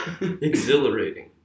Exhilarating